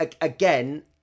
again